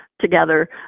together